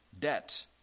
debt